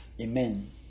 Amen